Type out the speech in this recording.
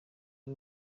ari